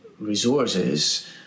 resources